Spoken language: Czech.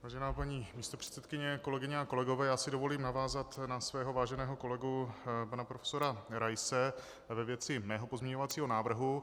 Vážená paní místopředsedkyně, kolegyně a kolegové, já si dovolím navázat na svého váženého kolegu pana profesora Raise ve věci mého pozměňovacího návrhu.